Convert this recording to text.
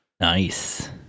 Nice